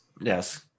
Yes